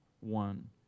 one